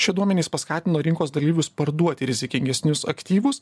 ši duomenys paskatino rinkos dalyvius parduoti rizikingesnius aktyvus